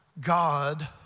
God